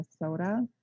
Minnesota